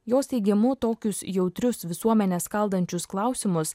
jos teigimu tokius jautrius visuomenę skaldančius klausimus